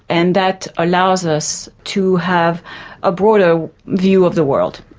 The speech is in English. and that allows us to have a broader view of the world,